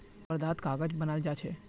वर्धात कागज बनाल जा छे